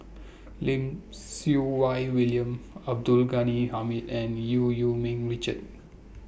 Lim Siew Wai William Abdul Ghani Hamid and EU EU Ming Richard